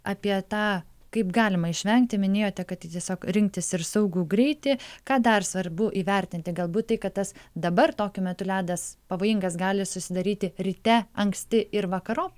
apie tą kaip galima išvengti minėjote kad tai tiesiog rinktis ir saugų greitį ką dar svarbu įvertinti galbūt tai kad tas dabar tokiu metu ledas pavojingas gali susidaryti ryte anksti ir vakarop